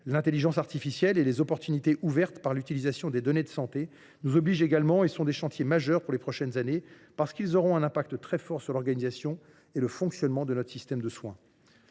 L’intelligence artificielle (IA) et les opportunités ouvertes par l’utilisation des données de santé nous obligent également. Ce sont des chantiers majeurs des prochaines années, qui auront un impact très fort sur l’organisation et le fonctionnement de notre système de soins.